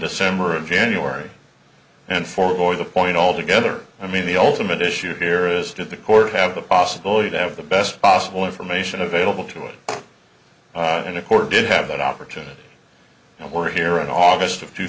december and january and for the point altogether i mean the ultimate issue here is did the court have the possibility that the best possible information available to us in a court did have that opportunity and we're here in august of two